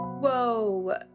Whoa